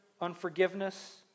unforgiveness